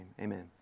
amen